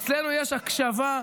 אצלנו יש הקשבה.